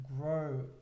grow